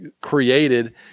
created